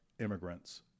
immigrants